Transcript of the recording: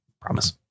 Promise